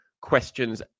Questions